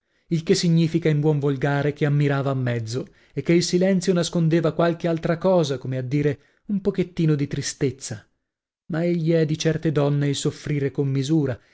il che significa in buon volgare che ammirava a mezzo e che il silenzio nascondeva qualche altra cosa come a dire un pochettino di tristezza ma egli è di certe donne il soffrire con misura